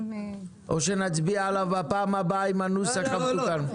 או שנצביע עליו בפעם הבאה עם הנוסח המסוכם?